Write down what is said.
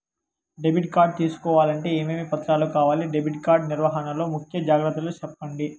Debit card తీసుకోవాలంటే ఏమేమి పత్రాలు కావాలి? డెబిట్ కార్డు నిర్వహణ లో ముఖ్య జాగ్రత్తలు సెప్పండి?